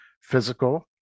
physical